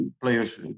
players